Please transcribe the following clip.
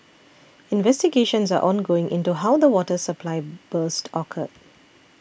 investigations are ongoing into how the water supply burst occurred